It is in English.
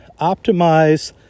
optimize